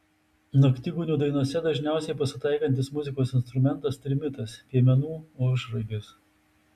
naktigonių dainose dažniausiai pasitaikantis muzikos instrumentas trimitas piemenų ožragis